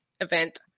event